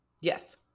Yes